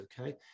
okay